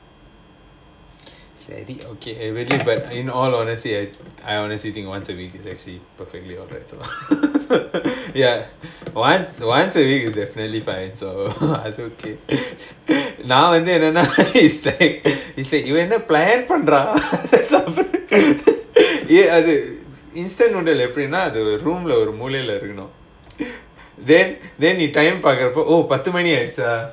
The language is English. sadly okay really but in all honesty I I honestly think once a week is actually perfectly alright so ya once once a week is definitely fine so அது:adhu now நான் வந்து என்னனா:naan vandhu ennanaa you end up instant noodle எப்படின்னா அது:eppadinaa athu room leh ஒரு மூலைல இருக்கனும்:oru moolaila irukkanum then then time பாக்குற போ:paakura po oh பத்து மணி ஆயிடுச்சா:paththu mani ayiduchcha oh but too many is err